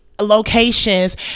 locations